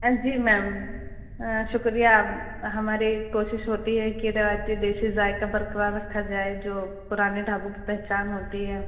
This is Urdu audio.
جی میم شکریہ ہماری کوشش ہوتی ہے کہ روایتی دیسی ذائقہ کا برقرار رکھا جائے جو پرانے ڈھابوں کی پہچان ہوتی ہے